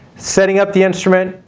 setting up the instrument,